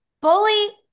bully